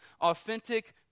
authentic